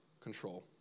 control